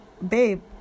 babe